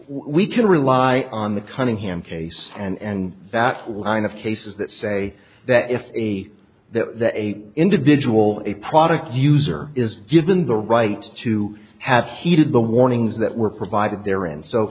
we can rely on the cunningham case and that line of cases that say that if a a individual a product user is given the right to have heeded the warnings that were provided